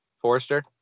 Forrester